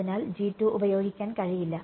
അതിനാൽ ഉപയോഗിക്കാൻ കഴിയില്ല